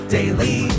Daily